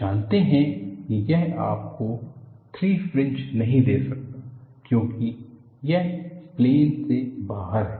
आप जानते हैं कि यह आपको 3 फ्रिंज नहीं दे सकता क्योंकि यह प्लेन से बाहर है